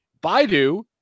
Baidu